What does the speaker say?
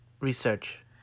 research